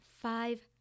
five